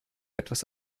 etwas